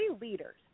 leaders